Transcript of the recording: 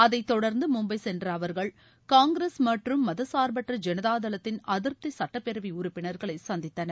அதைத் தொடர்ந்து மும்பை சென்ற அவர்கள் காங்கிரஸ் மற்றும் மதச்சார்பற்ற ஜனதா தளத்தின் அதிருப்தி சட்டப்பேரவை உறுப்பினர்களை சந்தித்தனர்